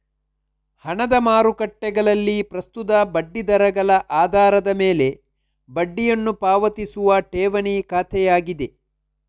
ಹಣದ ಮಾರುಕಟ್ಟೆಗಳಲ್ಲಿ ಪ್ರಸ್ತುತ ಬಡ್ಡಿ ದರಗಳ ಆಧಾರದ ಮೇಲೆ ಬಡ್ಡಿಯನ್ನು ಪಾವತಿಸುವ ಠೇವಣಿ ಖಾತೆಯಾಗಿದೆ